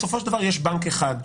בסופו של דבר יש בנק אחד,